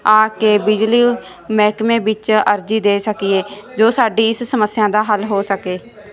ਆ ਕੇ ਬਿਜਲੀ ਮਹਿਕਮੇ ਵਿੱਚ ਅਰਜੀ ਦੇ ਸਕੀਏ ਜੋ ਸਾਡੀ ਇਸ ਸਮੱਸਿਆ ਦਾ ਹੱਲ ਹੋ ਸਕੇ